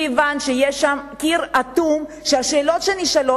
כיוון שיש שם קיר אטום שהשאלות שנשאלות,